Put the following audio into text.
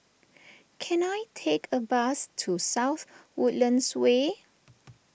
can I take a bus to South Woodlands Way